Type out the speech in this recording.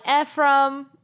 Ephraim